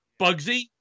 bugsy